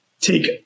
take